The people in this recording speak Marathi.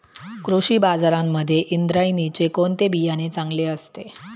कृषी बाजारांमध्ये इंद्रायणीचे कोणते बियाणे चांगले असते?